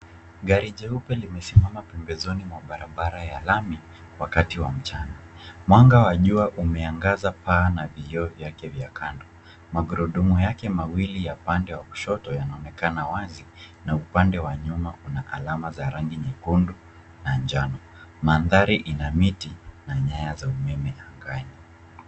Gari jeupe limesimama pembezoni mwa barabara ya lami wakati wa mchana. Mwanga wa jua umeangaza paa na vioo vyake vya kando. Magurudumu yake mawili ya pande wa kushoto yanaonekana wazi na upande wa nyuma kuna alama za rangi nyekundu na njano. Mandhari ina miti na nyaya za umeme angani.